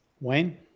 Wayne